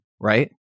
right